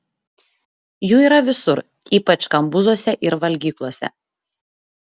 jų yra visur ypač kambuzuose ir valgyklose